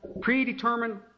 Predetermined